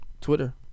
Twitter